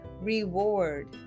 reward